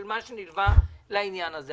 של מה שנלווה לעניין הזה.